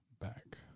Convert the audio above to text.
back